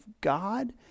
God